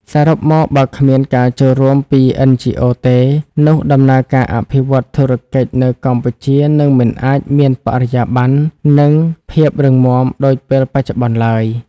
សរុបមក "បើគ្មានការចូលរួមពី NGOs ទេ នោះដំណើរការអភិវឌ្ឍធុរកិច្ចនៅកម្ពុជានឹងមិនអាចមានបរិយាបន្ន និងភាពរឹងមាំដូចពេលបច្ចុប្បន្នឡើយ"។